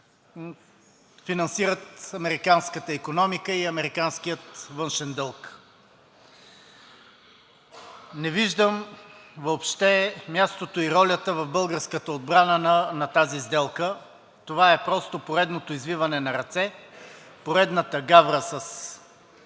финансират американската икономика и американския външен дълг. Не виждам въобще мястото и ролята в българската отбрана на тази сделка. Това е просто поредното извиване на ръце, поредната гавра с